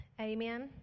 Amen